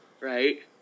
Right